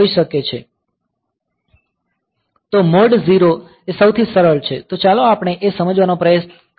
તો મોડ 0 એ સૌથી સરળ છે તો ચાલો આપણે એ સમજવાનો પ્રયત્ન કરીએ